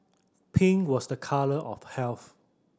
pink was a colour of health